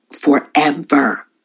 forever